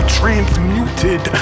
transmuted